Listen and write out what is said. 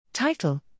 Title